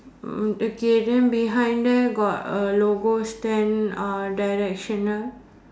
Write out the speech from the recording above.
uh okay then behind them got a logo stand uh directional